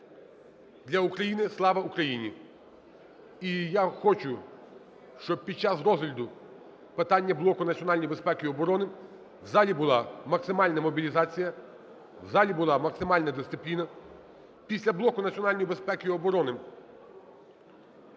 для України – "Слава Україні". І я хочу, щоб під час розгляду питань блоку національної безпеки і оборони в залі була максимальна мобілізація, в залі була максимальна дисципліна. Після блоку національної безпеки і оборони